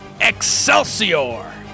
Excelsior